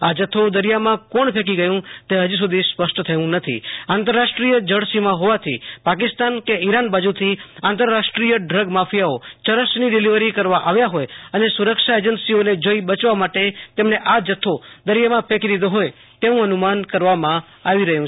આ જથ્થો દરિયામાં કોણ ફેકી ગયુ તે હજુ સુધી સ્પષ્ટ થ્યુ નથી આંતરાષ્ટ્રીય જળ સીમા હોવાથી પાકિસ્તાન કે ઈરાન બાજુથી આંતરાષ્ટ્રીય ડ્રગ માફિથાઓ યરસની ડિલવરી કરવા આવ્યા હોય અને સુરક્ષા એજન્સીઓને જોઈ બચવા માટે તેમણે આ જથ્થો દરિયામાં ફેકી દીધો હોય તેવુ અનુ માન કરવામાં આવી રહ્યુ છે